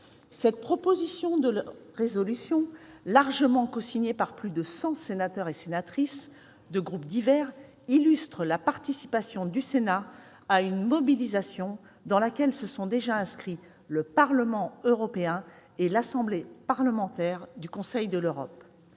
Cette proposition de résolution, largement cosignée par plus de cent sénateurs et sénatrices, de groupes divers, illustre la participation du Sénat à une mobilisation dans laquelle se sont déjà inscrits le Parlement européen et l'Assemblée parlementaire du Conseil de l'Europe.